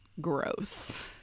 gross